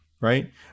Right